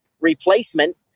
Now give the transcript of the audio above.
replacement